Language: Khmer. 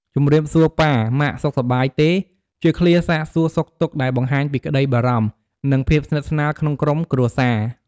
ជំរាបសួរប៉ា ម៉ាក់ សុខសប្បាយទេ? ជាឃ្លាសាកសួរសុខទុក្ខដែលបង្ហាញពីក្ដីបារម្ភ និងភាពស្និទ្ធស្នាលក្នុងក្រុមគ្រួសារ។